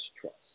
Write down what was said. trust